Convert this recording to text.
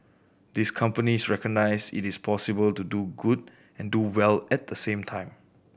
these companies recognise it is possible to do good and do well at the same time